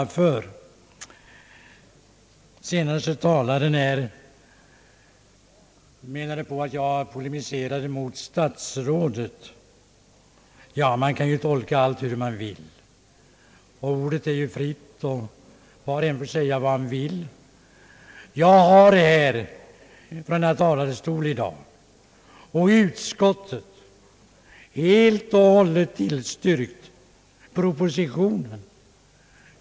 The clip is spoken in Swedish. Fru Hamrin-Thorell menade att jag polemiserade mot statsrådet Odhnoff. Man kan som bekant tolka allting hur man vill — ordet är fritt och var och en får säga vad han vill. Jag har emellertid från talarstolen här i dag och i utskottet helt och hållet tillstyrkt propositionen.